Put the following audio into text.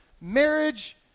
marriage